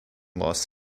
los